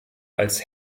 als